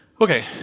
Okay